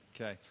Okay